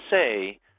say